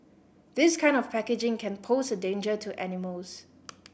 this kind of packaging can pose a danger to animals